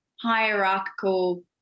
hierarchical